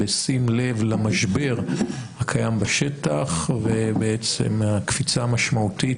בשים לב למשבר הקיים בשטח והקפיצה המשמעותית